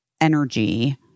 energy